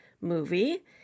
movie